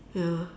ya